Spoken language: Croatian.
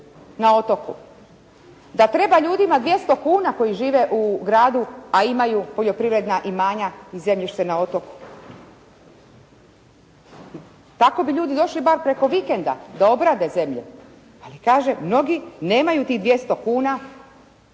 na otoku. Da treba ljudima 200 kuna koji žive u gradu a imaju poljoprivredna imanja i zemljište na otoku. Tako bi ljudi došli bar preko vikenda da obrade zemlju, ali kaže: «Mnogi nemaju tih 200 kuna